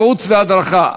ייעוד והדרכה,